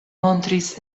montris